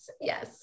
Yes